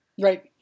Right